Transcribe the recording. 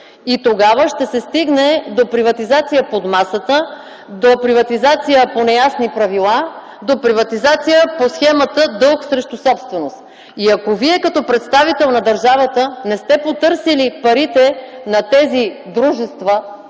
и тогава ще се стигне до приватизация под масата, до приватизация по неясни правила, до приватизация по схемата „Дълг – срещу собственост”. Ако Вие като представител на държавата не сте потърсили парите на тези дружества,